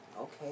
Okay